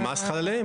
המס חל עליהם.